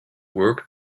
work